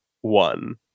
one